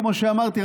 כמו שאמרתי,